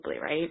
right